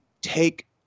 take